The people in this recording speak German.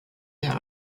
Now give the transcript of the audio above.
der